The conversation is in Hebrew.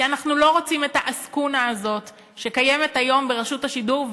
כי אנחנו לא רוצים את העסקונה הזאת שקיימת היום ברשות השידור,